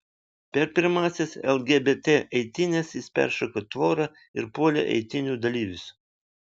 per pirmąsias lgbt eitynes jis peršoko tvorą ir puolė eitynių dalyvius